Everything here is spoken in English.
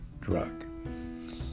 drug